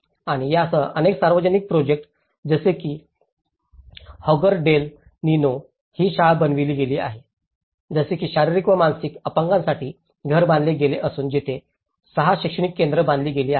आणि यासह अनेक सार्वजनिक प्रोजेक्ट जसे की हॉगर डेल निनो ही शाळा बनविली गेली आहे जसे की शारीरिक व मानसिक अपंगांसाठी घर बांधले गेले असून तेथे 6 शैक्षणिक केंद्रे बांधली गेली आहेत